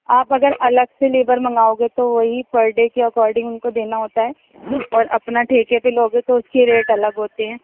آپ اگر الگ سے لیبر منگاؤ گے تو وہی پر ڈے کے اکاڈنگ ان کو دینا ہوتا ہے اور اپنا ٹھیکے پہ لو گے تو اس کی ریٹ الگ ہوتے ہیں